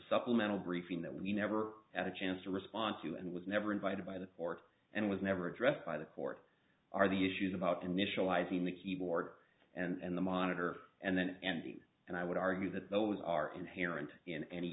supplemental briefing that we never had a chance to respond to and was never invited by the court and was never addressed by the court are the issues about initializing the keyboard and the monitor and then andy and i would argue that those are inherent in any